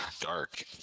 dark